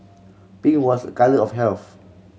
pink was a colour of health